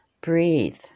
Breathe